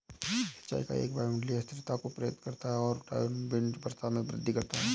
सिंचाई का वायुमंडलीय अस्थिरता को प्रेरित करता है और डाउनविंड वर्षा में वृद्धि करता है